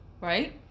right